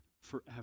forever